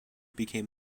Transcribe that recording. became